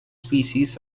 species